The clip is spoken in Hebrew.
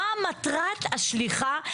מה מטרת השליחה,